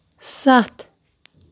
سَتھ